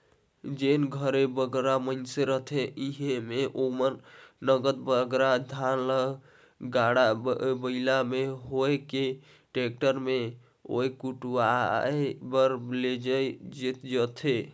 जेन घरे बगरा मइनसे रहथें अइसे में ओमन नगद बगरा धान ल गाड़ा बइला में होए कि टेक्टर में होए कुटवाए बर लेइजथें